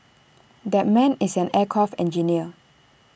that man is an aircraft engineer